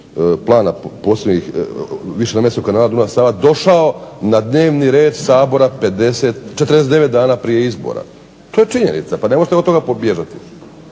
plana posebnih višenamjenskog Kanala Dunav-Sava došao na dnevni red Sabora 49 dana prije izbora. To je činjenica, pa ne možete od toga bježati.